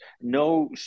No